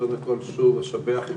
קודם כול שוב אשבח את